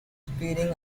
speeding